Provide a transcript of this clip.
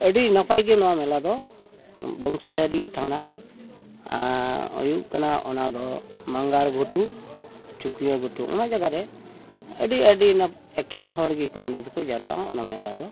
ᱟᱹᱰᱤ ᱱᱟᱯᱟᱭ ᱜᱮ ᱱᱚᱣᱟ ᱢᱮᱞᱟ ᱫᱚ ᱵᱚᱝᱥᱤᱦᱟᱹᱨᱤ ᱛᱷᱟᱱᱟ ᱦᱩᱭᱩᱜ ᱠᱟᱱᱟ ᱚᱱᱟᱫᱚ ᱢᱟᱸᱜᱟᱲ ᱜᱷᱩᱴᱩ ᱪᱩᱠᱤᱭᱟᱹ ᱜᱷᱩᱴᱩ ᱚᱱᱟ ᱡᱟᱭᱜᱟᱨᱮ ᱟᱹᱰᱤ ᱟᱹᱰᱤ ᱮᱠᱮᱱ ᱦᱚᱲ ᱜᱮᱠᱚ ᱚᱸᱰᱮ ᱫᱚᱠᱚ ᱡᱟᱨᱣᱟᱜᱼᱟ ᱚᱱᱟ ᱢᱮᱞᱟ ᱫᱚ